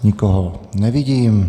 Nikoho nevidím.